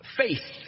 faith